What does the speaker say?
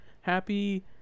happy